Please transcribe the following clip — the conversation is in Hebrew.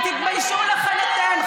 ותתביישו לכן אתן,